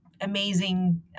amazing